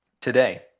Today